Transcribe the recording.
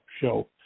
show